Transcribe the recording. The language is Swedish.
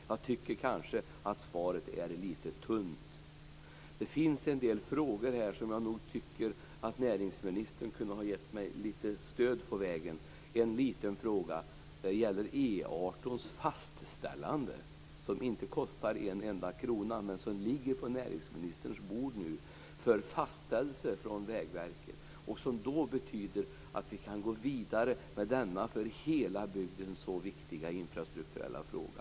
Svaret är kanske lite tunt. Det finns en del frågor där jag tycker att ministern kunde ha gett mig lite stöd på vägen. En fråga gäller fastställande av plan för E 18, som ju inte kostar en enda krona. Den ligger på näringsministerns bord för fastställelse från Vägverket. Ett fastställande skulle betyda att vi kunde gå vidare med denna för hela bygden så viktiga infrastrukturella fråga.